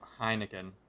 Heineken